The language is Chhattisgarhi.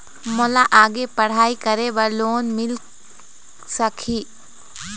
मोला आगे पढ़ई करे बर लोन मिल सकही?